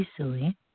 easily